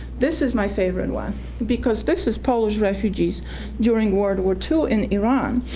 this is my favorite one because this is polish refugees during world war two in iran,